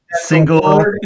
Single